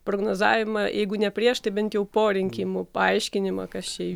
prognozavimą jeigu ne prieš tai bent jau po rinkimų paaiškinimą kas čia